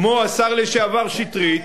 כמו השר לשעבר שטרית,